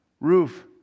roof